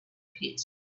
pit